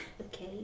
Okay